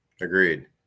Agreed